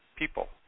people